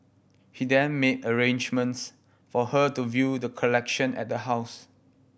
he then made arrangements for her to view the collection at the house